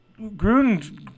Gruden